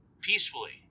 peacefully